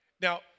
Now